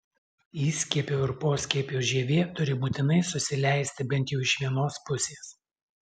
įskiepio ir poskiepio žievė turi būtinai susileisti bent jau iš vienos pusės